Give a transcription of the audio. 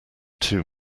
two